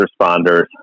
responders